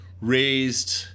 raised